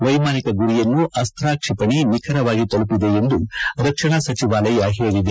ವೈಮಾನಿಕ ಗುರಿಯನ್ನು ಅಸ್ತ್ರ ಕ್ಷಿಪಣಿ ನಿಖರವಾಗಿ ತಲುಪಿದೆ ಎಂದು ರಕ್ಷಣಾ ಸಚಿವಾಲಯ ಹೇಳಿದೆ